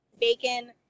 bacon